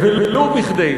ולו כדי,